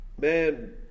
Man